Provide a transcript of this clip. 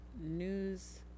news